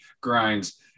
grinds